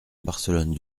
barcelonne